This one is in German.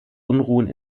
unruhen